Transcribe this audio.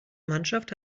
mannschaft